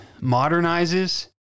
modernizes